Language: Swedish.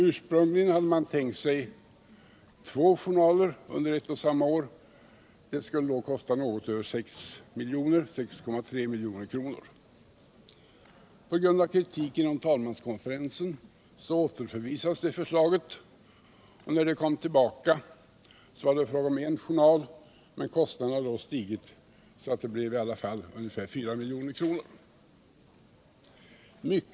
Ursprungligen hade man tänkt sig två journaler under ett och samma år. Det skulle kosta 6,3 milj.kr. P. g. a. kritik inom talmanskonferensen återförvisades det förslaget, och när det kom tillbaka var det fråga om en journal, men kostnaden hade då stigit och uppgick till ca 4 milj.kr.